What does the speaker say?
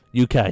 UK